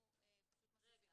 אנחנו פשוט מוסיפים.